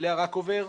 לאה רקובר,